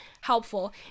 helpful